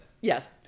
yes